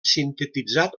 sintetitzat